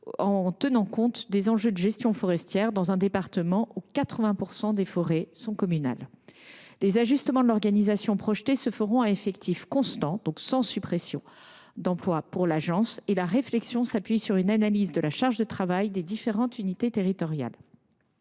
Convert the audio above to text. en tenant compte des enjeux de gestion forestière, dans un département où 80 % des forêts sont communales. Les ajustements de l’organisation projetés se feront à effectif constant pour l’agence ; la réflexion s’appuie sur une analyse de la charge de travail des différentes unités territoriales.